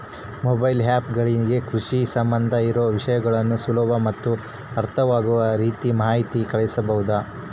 Mobile app ಗಳಿಂದ ಕೃಷಿಗೆ ಸಂಬಂಧ ಇರೊ ವಿಷಯಗಳನ್ನು ಸುಲಭ ಮತ್ತು ಅರ್ಥವಾಗುವ ರೇತಿ ಮಾಹಿತಿ ಕಳಿಸಬಹುದಾ?